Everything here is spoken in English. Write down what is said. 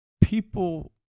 people